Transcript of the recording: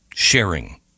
sharing